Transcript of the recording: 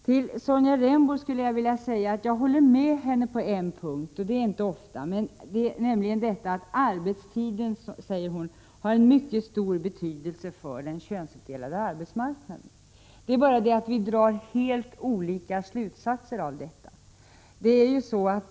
Till Sonja Rembo skulle jag vilja säga att jag håller med henne på en punkt —det är inte ofta jag gör det — nämligen om att arbetstiden har en mycket stor betydelse för den könsuppdelade arbetsmarknaden. Det är bara det att vi drar helt olika slutsatser av detta.